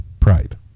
pride